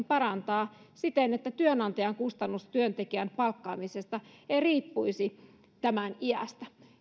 parantaa siten että työnantajan kustannus työntekijän palkkaamisesta ei riippuisi tämän iästä